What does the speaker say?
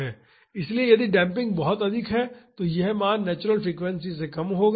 इसलिए यदि डेम्पिंग अधिक है तो यह मान नेचुरल फ्रीक्वेंसी से कम होगा